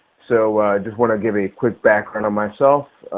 so i just want to give a quick background on myself.